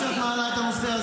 תודה שאת מעלה את הנושא הזה.